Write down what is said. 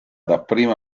dapprima